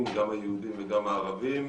גם היהודים וגם הערבים.